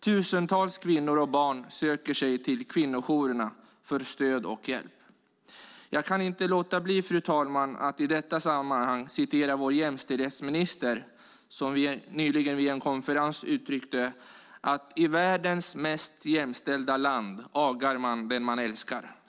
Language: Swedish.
Tusentals kvinnor och barn söker sig till kvinnojourerna för stöd och hjälp. I detta sammanhang kan jag inte låta bli att citera vår jämställdhetsminister som nyligen vid en konferens uttryckte: "I världens mest jämställda land agar man den man älskar."